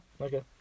okay